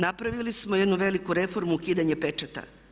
Napravili smo jednu veliku reformu ukidanje pečata.